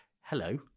hello